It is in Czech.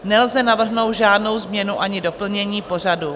Nelze navrhnout žádnou změnu ani doplnění pořadu.